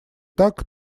так